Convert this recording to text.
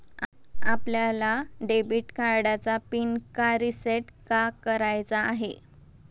आपल्याला डेबिट कार्डचा पिन का रिसेट का करायचा आहे?